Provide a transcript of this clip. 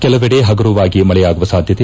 ಕೆಲವೆಡೆ ಹಗುರವಾಗಿ ಮಳೆಯಾಗುವ ಸಾಧ್ಯತೆ